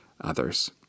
others